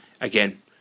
again